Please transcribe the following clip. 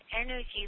energy